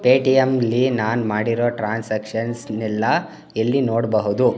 ಪೇಟಿಎಮ್ಮಲ್ಲಿ ನಾನು ಮಾಡಿರೋ ಟ್ರಾನ್ಸಾಕ್ಷನ್ಸ್ನೆಲ್ಲ ಎಲ್ಲಿ ನೋಡಬಹುದು